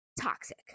toxic